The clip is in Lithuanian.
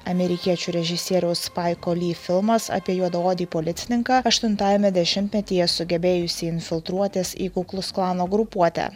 amerikiečių režisieriaus spaiko li filmas apie juodaodį policininką aštuntajame dešimtmetyje sugebėjusį infiltruotis į kukluksklano grupuotę